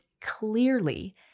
clearly